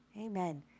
Amen